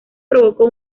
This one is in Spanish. provocó